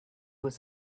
was